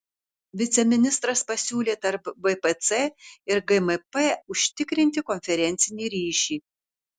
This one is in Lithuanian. viceministras pasiūlė tarp bpc ir gmp užtikrinti konferencinį ryšį